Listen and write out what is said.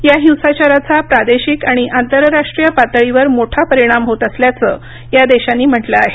या हिंसाचाराचा प्रादेशिक आणि आंतरराष्ट्रीय पातळीवर मोठा परिणाम होत असल्याचं या देशांनी म्हटलं आहे